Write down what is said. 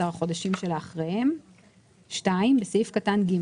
החודשים שלאחריהם,"; (2)בסעיף קטן (ג),